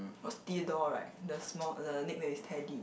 cause Theodore right the small the nickname is Teddy